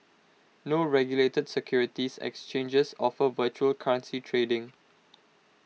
no regulated securities exchanges offer virtual currency trading